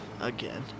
again